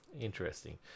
Interesting